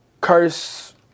curse